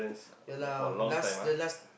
ya lah last the last